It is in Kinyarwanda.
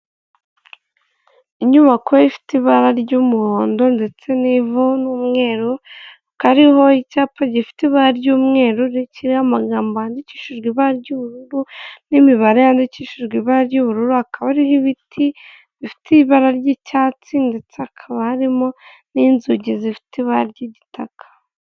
Inyubako ifite ibara ry'umuhondo ndetse n'ivu, n'umweru; hakaba hariho icyapa gifite ibara ry'umweru kiriho amagambo yandikishijwe ibara ry'ubururu n'imibare yandikishijwe ibara ry'ubururu; hakaba hariho ibiti bifite ibara ry'icyatsi ndetse hakaba harimo n'inzugi zifite ibara ry'igitaka.